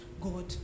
God